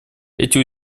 эти